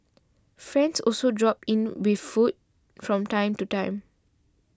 friends also drop in with food from time to time